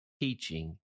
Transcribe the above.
teaching